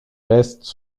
restent